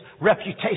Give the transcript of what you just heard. reputation